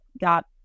got